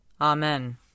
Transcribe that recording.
Amen